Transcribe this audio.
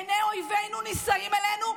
עיני אויבינו נישאות אלינו,